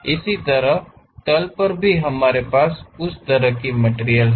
इसी तरह तल पर भी हमारे पास उस तरह की मटिरियल है